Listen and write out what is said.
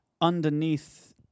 underneath